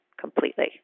completely